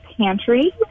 pantry